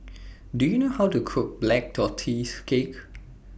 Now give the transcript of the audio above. Do YOU know How to Cook Black Tortoise Cake